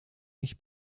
mich